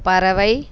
பறவை